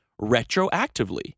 retroactively